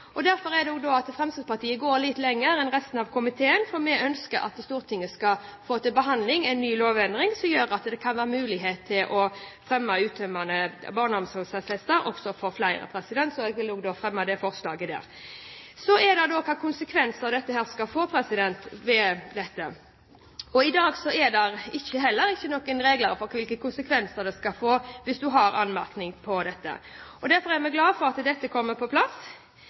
barnet. Derfor går Fremskrittspartiet litt lenger enn resten av komiteen. Vi ønsker at Stortinget skal få til behandling en ny lovendring som gjør det mulig å kreve uttømmende barneomsorgsattester også av flere. Jeg fremmer dette forslaget. Så til hvilke konsekvenser anmerkning skal få. I dag er det ikke noen regler for hvilke konsekvenser det skal få hvis en har anmerkning. Derfor er vi glad for at dette kommer på plass,